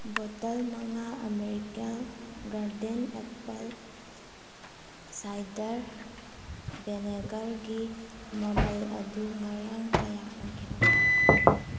ꯕꯣꯇꯜ ꯃꯉꯥ American Garden apple cider ꯚꯦꯅꯦꯒꯔꯒꯤ ꯃꯃꯜ ꯑꯗꯨ ꯉꯔꯥꯡ ꯀꯌꯥ ꯑꯣꯏꯈꯤꯕꯒꯦ